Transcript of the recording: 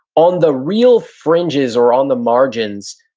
on the real fringes or on the margins,